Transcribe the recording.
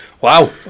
Wow